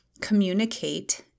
communicate